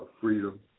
freedom